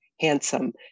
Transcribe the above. handsome